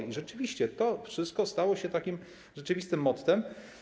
I rzeczywiście to wszystko stało się takim rzeczywistym mottem.